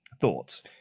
thoughts